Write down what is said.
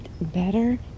better